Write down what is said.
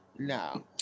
No